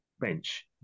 bench